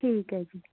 ਠੀਕ ਹੈ ਜੀ